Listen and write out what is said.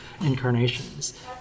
incarnations